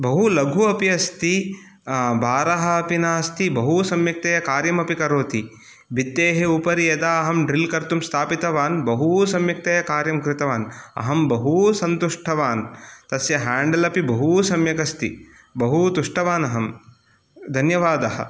बहु लघु अपि अस्ति भारः अपि नास्ति बहु सम्यक्तया कार्यमपि करोति भित्तेः उपरि यदा अहं ड्रिल् कर्तुं स्थापितवान् बहु सम्यक्तया कार्यं कृतवान् अहं बहु सन्तुष्ठवान् तस्य हेण्डल् अपि बहु सम्यक् अस्ति बहु तुष्टवान् अहम् धन्यवादः